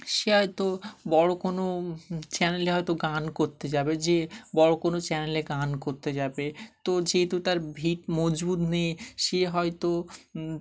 সে হয়তো বড়ো কোনো চ্যানেলে হয়তো গান করতে যাবে যে বড়ো কোনো চ্যানেলে গান করতে যাবে তো যেহেতু তার ভিত মজবুত নেই সে হয়তো